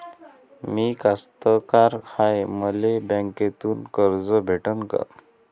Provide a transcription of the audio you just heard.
मी कास्तकार हाय, मले बँकेतून कर्ज भेटन का?